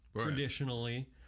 Traditionally